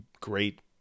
great